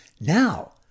Now